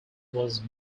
was